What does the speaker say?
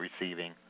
receiving